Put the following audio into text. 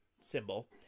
symbol